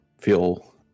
feel